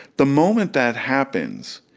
the moment that happens,